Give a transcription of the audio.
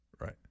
Right